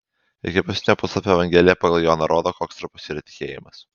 iki paskutinio puslapio evangelija pagal joną rodo koks trapus yra tikėjimas